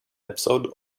episode